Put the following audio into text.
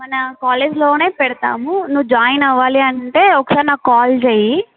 మన కాలేజ్లోనే పెడతాము నువ్వు జాయిన్ అవ్వాలి అంటే ఒకసారి నాకు కాల్ చేయి